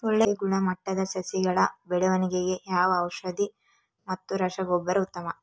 ಒಳ್ಳೆ ಗುಣಮಟ್ಟದ ಸಸಿಗಳ ಬೆಳವಣೆಗೆಗೆ ಯಾವ ಔಷಧಿ ಮತ್ತು ರಸಗೊಬ್ಬರ ಉತ್ತಮ?